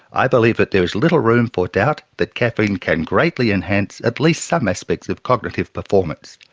i believe that there is little room for doubt that caffeine can greatly enhance at least some aspects of cognitive performance,